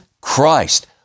Christ